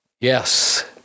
Yes